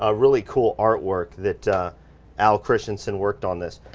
ah really cool artwork that al christianson worked on this.